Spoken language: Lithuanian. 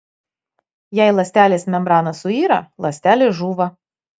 jei ląstelės membrana suyra ląstelė žūva